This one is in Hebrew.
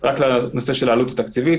רק לנושא של העלות התקציבית.